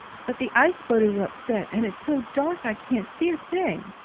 but the ice boat is upset, and it's so dark i can't see a thing.